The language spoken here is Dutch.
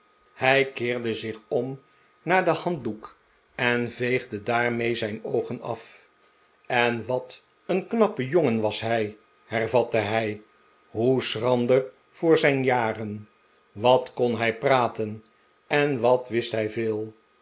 hij keerde zich om naar den handdoek en veegde daarmee zijn oogen af en wat een knappe jongen was hij hervatte hij hoe schrander voor zijn jaren wat kon hij praten en wat wist hij veel